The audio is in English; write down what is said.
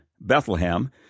Bethlehem